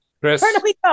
Chris